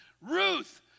Ruth